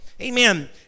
Amen